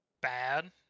bad